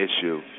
issue